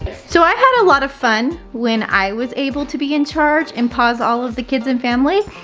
so i had a lot of fun when i was able to be in charge and pause all of the kids and family,